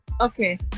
okay